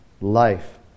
life